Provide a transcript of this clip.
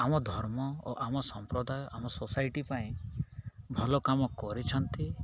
ଆମ ଧର୍ମ ଓ ଆମ ସମ୍ପ୍ରଦାୟ ଆମ ସୋସାଇଟି ପାଇଁ ଭଲ କାମ କରିଛନ୍ତି